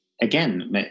again